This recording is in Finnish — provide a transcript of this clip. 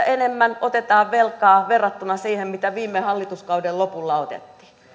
enemmän otetaan velkaa verrattuna siihen mitä viime hallituskauden lopulla otettiin